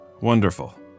Wonderful